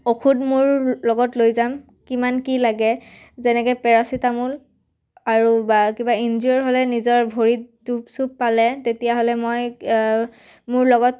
ঔষধ মোৰ লগত লৈ যাম কিমান কি লাগে যেনেকৈ পেৰাচিটামোল আৰু বা কিবা ইনজিয়ৰ হ'লে নিজৰ ভৰিত দুখ চুপ পালে তেতিয়াহ'লে মই মোৰ লগত